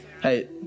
Hey